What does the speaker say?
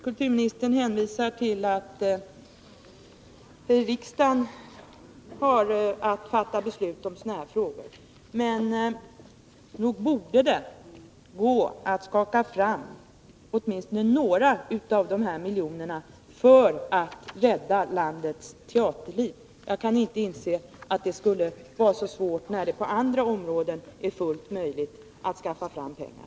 Kulturministern hänvisar till att riksdagen har att fatta beslut i sådana frågor, men nog borde det gå att skaka fram åtminstone några av de här miljonerna för att rädda landets teaterliv. Jag kan inte inse att detta skulle vara så svårt, eftersom det i fråga om andra områden är möjligt att skaffa fram pengar.